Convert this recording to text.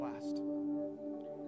last